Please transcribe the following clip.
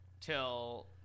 till